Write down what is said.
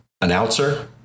announcer